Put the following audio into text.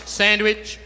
sandwich